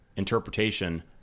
interpretation